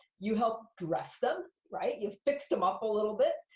you help dress them, right. you fix them up a little bit.